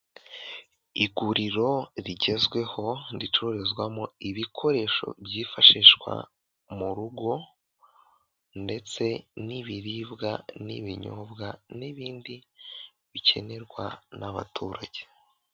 Iguriro rigezweho ricururizwamo ibikoresho byifashishwa mu rugo ndetse n'ibiribwa n'ibinyobwa n'ibindi bikenerwa n'abaturage.